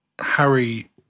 Harry